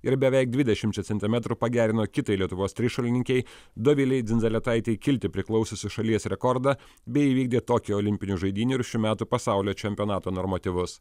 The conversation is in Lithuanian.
ir beveik dvidešimčia centimetrų pagerino kitai lietuvos trišuolininkei dovilei dzindzaletaitei kilti priklausiusį šalies rekordą bei įvykdė tokijo olimpinių žaidynių ir šių metų pasaulio čempionato normatyvus